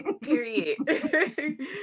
Period